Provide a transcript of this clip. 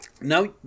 No